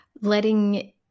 letting